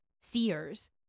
seers